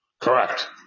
Correct